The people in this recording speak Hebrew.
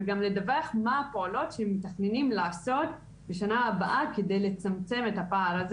וגם לדווח מה הפעולות שמתכננים לעשות בשנה הבאה כדי לצמצם את הפער הזה.